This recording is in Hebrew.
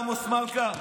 עמוס מלכה,